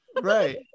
right